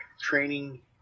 Training